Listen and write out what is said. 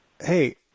hey